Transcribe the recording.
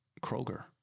Kroger